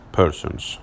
persons